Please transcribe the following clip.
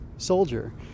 soldier